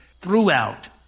throughout